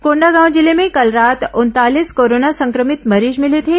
कोंडागांव जिले में कल रात उनतालीस कोरोना संक्रमित मरीज मिले थे